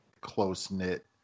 close-knit